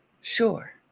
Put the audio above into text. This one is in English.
sure